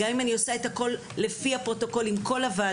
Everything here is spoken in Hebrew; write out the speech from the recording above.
גם אם אני עושה את הכול לפי הפרוטוקולים עם כל הוועדות,